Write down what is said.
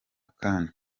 kane